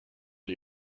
are